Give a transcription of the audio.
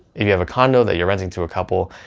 if you have a condo that you're renting to a couple,